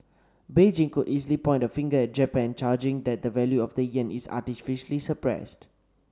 Beijing could easily point a finger at Japan charging that the value of the yen is artificially suppressed